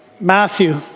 Matthew